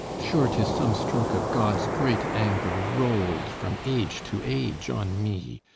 sure tis some stroke of god's great anger rolled from age to age on me,